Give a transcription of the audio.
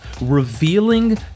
revealing